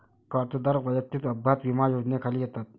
कर्जदार वैयक्तिक अपघात विमा योजनेखाली येतात